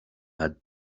had